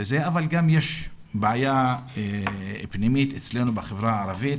אבל גם יש בעיה פנימית אצלנו בחברה הערבית,